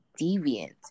deviant